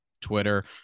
Twitter